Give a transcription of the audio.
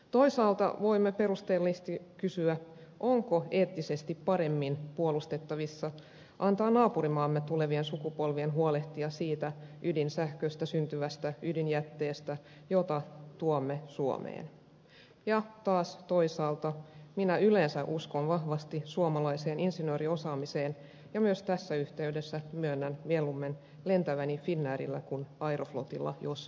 toisaalta voimme perustellusti kysyä onko eettisesti paremmin puolustettavissa antaa naapurimaamme tulevien sukupolvien huolehtia siitä ydinsähköstä syntyvästä ydinjätteestä jota tuomme suomeen ja taas toisaalta minä yleensä uskon vahvasti suomalaiseen insinööriosaamiseen ja myös tässä yhteydessä myönnän mieluummin lentäväni finnairilla kuin aeroflotilla jos voin valita